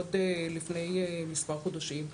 עוד לפני מספר חודשים,